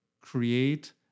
create